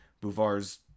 Bouvard's